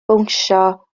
bownsio